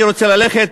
אני רוצה ללכת